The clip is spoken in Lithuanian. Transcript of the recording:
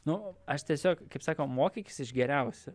nu aš tiesiog kaip sako mokykis iš geriausių